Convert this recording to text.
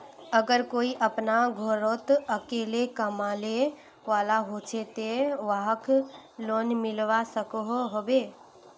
अगर कोई अपना घोरोत अकेला कमाने वाला होचे ते वाहक लोन मिलवा सकोहो होबे?